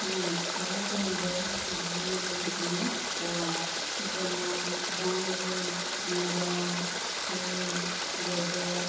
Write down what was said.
ᱦᱮᱸ ᱟᱞᱮ ᱨᱮᱱ ᱫᱚ ᱡᱤᱵ ᱡᱤᱭᱟᱹᱞᱤ ᱢᱮᱱᱟᱜ ᱠᱚᱣᱟ ᱡᱮᱢᱚᱱ ᱰᱟᱝᱨᱤ ᱢᱮᱨᱚᱢ ᱥᱤᱢ ᱜᱮᱰᱮ